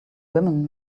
women